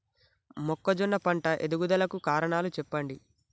మొక్కజొన్న పంట ఎదుగుదల కు కారణాలు చెప్పండి?